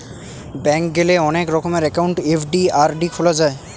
bank গেলে অনেক রকমের একাউন্ট এফ.ডি, আর.ডি খোলা যায়